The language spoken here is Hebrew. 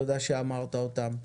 תודה שאמרת אותן.